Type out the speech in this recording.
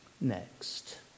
Next